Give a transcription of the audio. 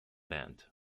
band